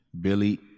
Billy